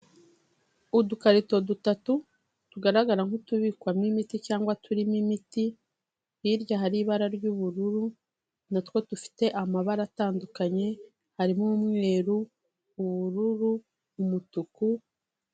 Udukarito dutatu tugaragara nk'utubikwamo imiti cyangwa turimo imiti, hirya hari ibara ry'ubururu natwo dufite amabara atandukanye harimo umweru, ubururu, umutuku...